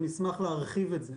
ונשמח להרחיב את זה.